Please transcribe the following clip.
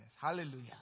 Hallelujah